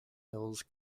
hills